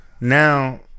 Now